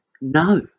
No